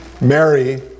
Mary